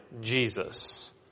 Jesus